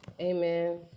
Amen